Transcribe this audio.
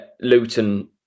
Luton